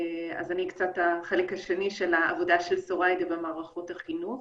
אז אני קצת החלק השני של העבודה של סוריידה במערכות החינוך.